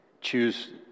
choose